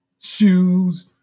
shoes